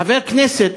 חברי כנסת,